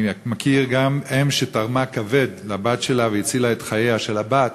אני מכיר אם שתרמה כבד לבת שלה והצילה את חייה של הבת,